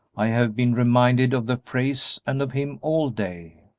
i have been reminded of the phrase and of him all day.